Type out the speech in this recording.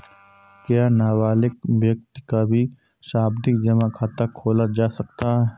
क्या नाबालिग व्यक्ति का भी सावधि जमा खाता खोला जा सकता है?